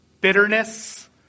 Bitterness